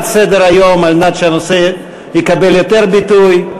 סדר-היום על מנת שהנושא יקבל יותר ביטוי.